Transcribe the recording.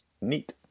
Neat